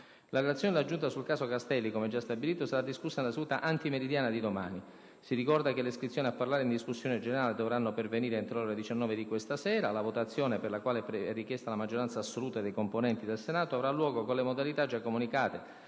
La relazione della Giunta sul caso Castelli, come gia stabilito, saradiscussa nella seduta antimeridiana di domani. Si ricorda che le iscrizioni a parlare in discussione generale dovranno pervenire entro le ore 19 di questa sera. La votazione, per la quale e richiesta la maggioranza assoluta dei componenti del Senato, avraluogo con le modalita giacomunicate,